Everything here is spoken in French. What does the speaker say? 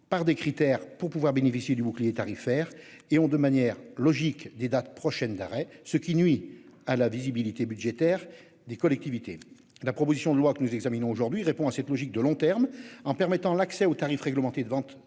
par des critères pour pouvoir bénéficier du bouclier tarifaire et ont, de manière logique des dates prochaine d'arrêt, ce qui nuit à la visibilité budgétaire des collectivités. La proposition de loi que nous examinons aujourd'hui répond à cette logique de long terme, en permettant l'accès au tarif réglementé de vente